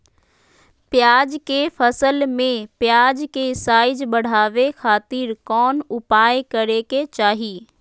प्याज के फसल में प्याज के साइज बढ़ावे खातिर कौन उपाय करे के चाही?